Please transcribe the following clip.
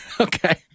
Okay